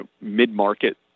mid-market